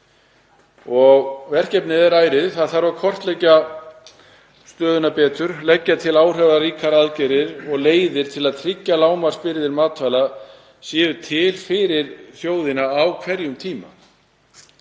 Verkefnið er ærið. Það þarf að kortleggja stöðuna betur, leggja til áhrifaríkar aðgerðir og leiðir til að tryggja að lágmarksbirgðir matvæla séu til fyrir þjóðina á hverjum tíma.